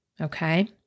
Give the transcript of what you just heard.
Okay